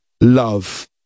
love